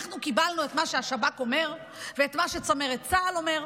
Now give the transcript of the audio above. אנחנו קיבלנו את מה שהשב"כ אומר ואת מה שצמרת צה"ל אומרת,